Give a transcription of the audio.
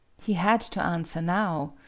he had to answer now